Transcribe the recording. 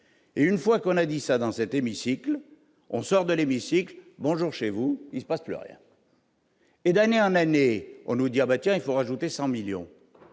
et une fois qu'on a dit ça dans cet hémicycle, on sort de l'hémicycle, bonjour chez vous, il se passe plus rien. Et d'année en année on nous dit : ah bah tiens il faut rajouter 100 millions et